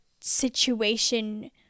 situation-